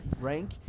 rank